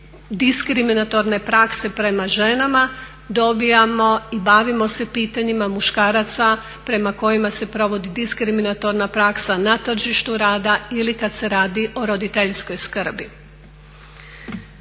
diskriminatorne prakse prema ženama dobivamo i bavimo se pitanjima muškaraca prema kojima se provodi diskriminatorna praksa na tržištu rada ili kada se radi o roditeljskoj skrbi.